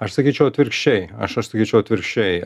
aš sakyčiau atvirkščiai aš aš sakyčiau atvirkščiai